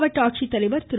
மாவட்ட ஆட்சித்தலைவர் திரு